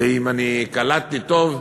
ואם קלטתי טוב,